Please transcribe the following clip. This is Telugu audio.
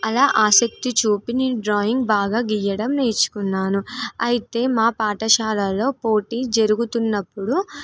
అలా ఆసక్తి చూపి నేను డ్రాయింగ్ బాగా గీయడం నేర్చుకున్నాను అయితే మా పాఠశాలలో పోటీ జరుగుతున్నప్పుడు